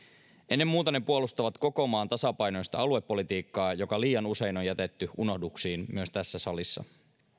ennen muuta ne puolustavat koko maan tasapainoista aluepolitiikkaa joka liian usein on jätetty unohduksiin myös tässä salissa